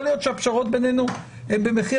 יכול להיות שהפשרות בינינו הן במחיר